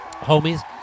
Homies